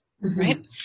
right